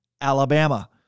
Alabama